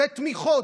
זה תמיכות,